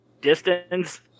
distance